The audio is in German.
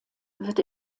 wird